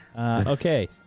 Okay